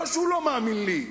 לא שהוא לא מאמין לי.